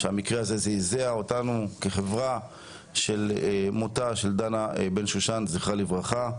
שהמקרה הזה זעזע אותנו כחברה של מותה של דנה בן-שושן זכרה לברכה.